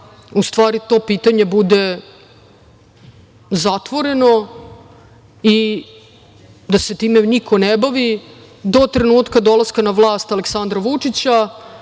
u stvari to pitanje bude zatvoreno i da se time niko ne bavi do trenutka dolaska na vlast Aleksandra Vučića